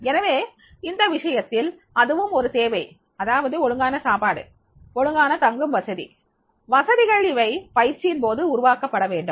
எனவே இந்த விஷயத்தில் அதுவும் ஒரு தேவை அதாவது ஒழுங்கான சாப்பாடு ஒழுங்கான தங்கும் வசதி வசதிகள் இவை பயிற்சியின்போது உருவாக்கப்படவேண்டும்